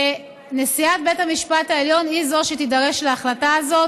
נשיאת בית המשפט העליון היא זו שתידרש להחלטה הזאת,